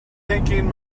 thinking